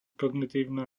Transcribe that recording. kognitívna